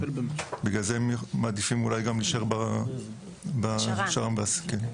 בגלל זה הם מעדיפים להישאר בשר"מ במקום הסיעוד.